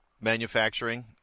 manufacturing